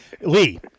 Lee